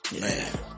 Man